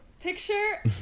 picture